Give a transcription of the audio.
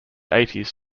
eighties